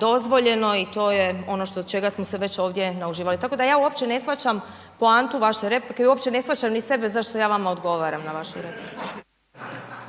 dozvoljeno i to je ono čega smo se ovdje nauživali. Tako da ja uopće ne shvaćam poantu vaše replike u uopće ne shvaćam ni sebe zašto ja vama odgovaram na vašu repliku.